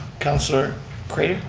councilor craitor.